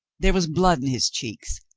there was blood in his cheeks,